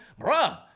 bruh